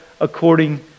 according